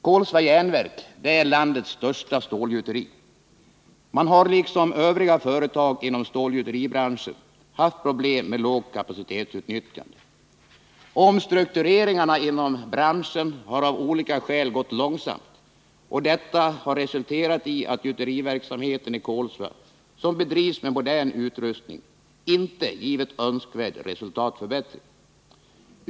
Kohlswa Jernverk är landets största stålgjuteri. Man har liksom övriga företag inom stålgjuteribranschen haft problem med lågt kapacitetsutnyttjande. Omstruktureringarna inom branschen har av olika skäl gått långsamt, och detta har resulterat i att gjuteriverksamheten i Kolsva, som bedrivs med modern utrustning, inte givit önskvärd resultatförbättring.